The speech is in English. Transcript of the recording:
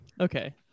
okay